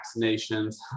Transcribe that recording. vaccinations